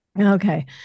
Okay